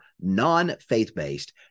non-faith-based